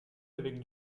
avec